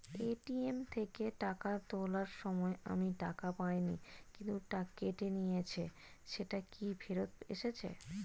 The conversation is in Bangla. এ.টি.এম থেকে টাকা তোলার সময় আমি টাকা পাইনি কিন্তু কেটে নিয়েছে সেটা কি ফেরত এসেছে?